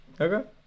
Okay